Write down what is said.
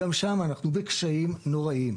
גם שם אנחנו בקשיים נוראים.